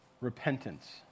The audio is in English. repentance